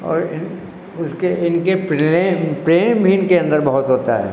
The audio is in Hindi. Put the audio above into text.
और इन उसके इनके पिरेम प्रेम भी इनके अंदर बहुत होता है